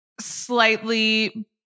slightly